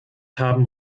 haben